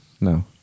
No